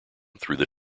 through